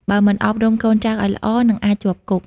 បើមិនអប់រំកូនចៅឱ្យល្អ នឹងអាចជាប់គុក។